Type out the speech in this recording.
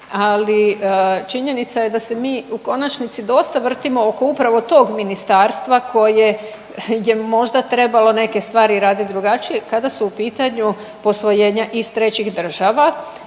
ali činjenica je da se mi u konačnici dosta vrtimo oko upravo tog ministarstva koje je možda trebalo neke stvari radit drugačije kada su u pitanju posvojenja iz trećih država.